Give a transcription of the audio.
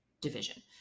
division